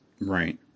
right